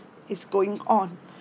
is going on